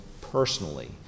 personally